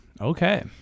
Okay